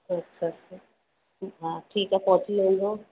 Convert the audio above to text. अच्छा अच्छा हा ठीकु आहे पहुंची वेंदो